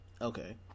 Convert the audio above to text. Okay